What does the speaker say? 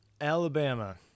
Alabama